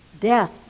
death